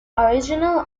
original